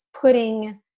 putting